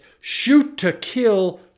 shoot-to-kill